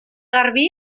garbí